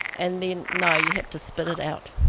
and then, no, you have to spit it out.